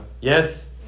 Yes